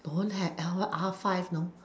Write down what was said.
don't have L one R five you know